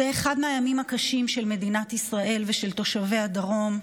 זה אחד הימים הקשים של מדינת ישראל ושל תושבי הדרום,